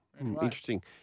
Interesting